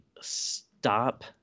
stop